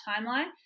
timeline